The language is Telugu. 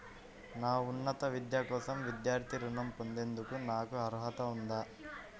నా ఉన్నత విద్య కోసం విద్యార్థి రుణం పొందేందుకు నాకు అర్హత ఉందా?